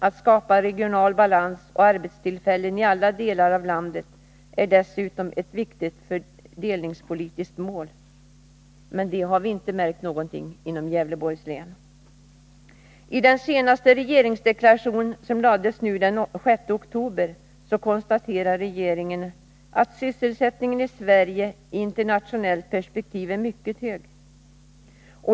Att skapa regional balans och arbetstillfällen i alla delar av landet är dessutom ett viktigt fördelningspolitiskt mål ———.” Men det har vi inte märkt något av i Gävleborgs län. I den senaste regeringsdeklarationen, som lades fram nu den 6 oktober, konstaterar regeringen att sysselsättningen i Sverige i internationellt perspektiv är mycket hög.